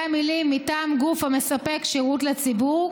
המילים "מטעם גוף המספק שירות לציבור"